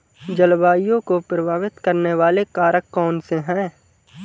जलवायु को प्रभावित करने वाले कारक कौनसे हैं?